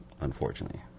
Unfortunately